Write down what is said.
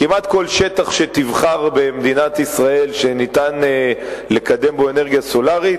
כמעט כל שטח שתבחר במדינת ישראל שניתן לקדם בו אנרגיה סולרית,